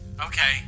Okay